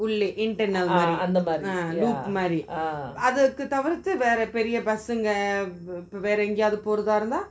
உள்ளேயே:ullayae internal uh மாறி:maari loop மாறி அதற்கு தவிர்த்து வேற பெரிய:maari atharku thaviruthu vera periya bus உங்க வேற எங்கேயாச்சு போற மாறி இருந்த:unga vera engayachi pora maari iruntha